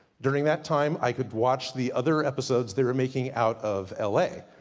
during that time i could watch, the other episodes they were making out of l a.